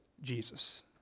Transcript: Jesus